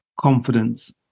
confidence